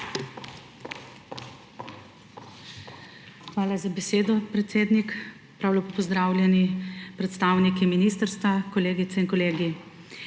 Hvala za besedo, predsednik. Prav lepo pozdravljeni predstavniki ministrstva, kolegice in kolegi!